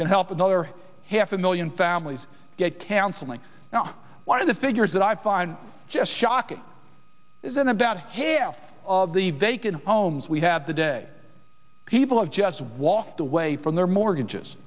to help another half a million families get counseling now one of the figures that i find just shocking isn't about hale of the vacant homes we have the day people have just walked away from their mortgages